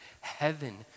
Heaven